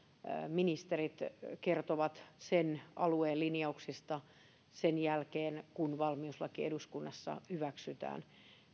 ministerit kertovat sen alueen linjauksista sen jälkeen kun valmiuslaki eduskunnassa hyväksytään